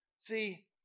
See